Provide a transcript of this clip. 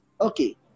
Okay